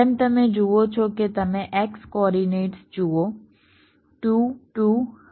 જેમ તમે જુઓ છો કે તમે x કોઓર્ડિનેટ્સ જુઓ 2 2 4 4